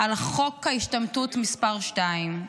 על חוק ההשתמטות מס' 2,